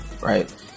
right